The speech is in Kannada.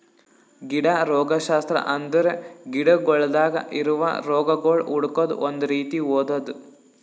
ಗಿಡ ರೋಗಶಾಸ್ತ್ರ ಅಂದುರ್ ಗಿಡಗೊಳ್ದಾಗ್ ಇರವು ರೋಗಗೊಳ್ ಹುಡುಕದ್ ಒಂದ್ ರೀತಿ ಓದದು